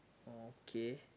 okay